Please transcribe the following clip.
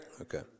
Okay